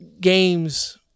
games